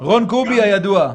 רון קובי הידוע,